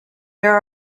there